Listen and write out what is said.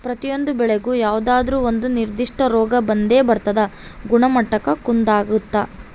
ಪ್ರತಿಯೊಂದು ಬೆಳೆಗೂ ಯಾವುದಾದ್ರೂ ಒಂದು ನಿರ್ಧಿಷ್ಟ ರೋಗ ಬಂದೇ ಬರ್ತದ ಗುಣಮಟ್ಟಕ್ಕ ಕುಂದಾಗುತ್ತ